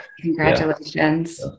Congratulations